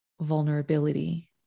vulnerability